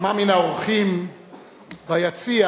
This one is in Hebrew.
כמה מהאורחים ביציע